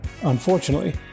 unfortunately